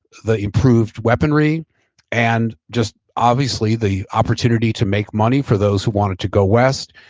the improved weaponry and just obviously the opportunity to make money for those who wanted to go west,